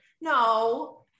no